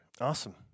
Awesome